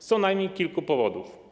Z co najmniej kilku powodów.